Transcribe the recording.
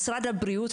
משרד הבריאות,